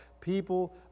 people